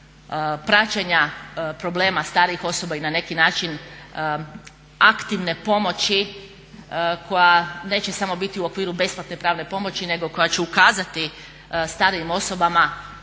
praćenja problema starijih osoba i na neki način aktivne pomoći koja neće samo biti u okviru besplatne pravne pomoći nego koja će ukazati starijim osobama